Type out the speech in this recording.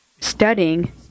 Studying